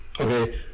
Okay